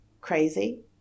crazy